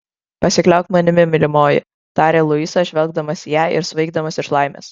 pasikliauk manimi mylimoji tarė luisas žvelgdamas į ją ir svaigdamas iš laimės